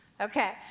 Okay